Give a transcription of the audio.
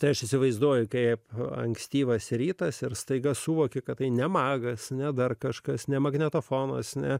tai aš įsivaizduoju kaip ankstyvas rytas ir staiga suvokė kad tai ne magas ne dar kažkas ne magnetofonas ne